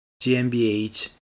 GmbH